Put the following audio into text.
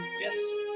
Yes